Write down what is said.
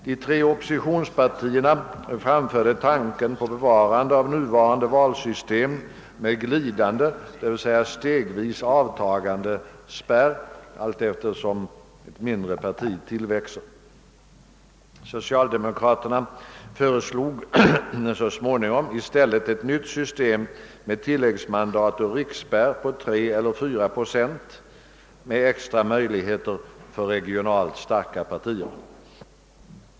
De tre oppositionspartierna framförde tanken på bevarande av nuvarande valsystem med glidande, d. v. s. stegvis avtagande, spärr allteftersom mindre partier tillväxer. Socialdemokraterna föreslog så småningom i stället ett nytt system med tilläggsmandat och riksspärr på 3 eller 4 procent med extra möjligheter för regionalt starka partier.